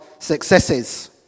successes